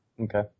Okay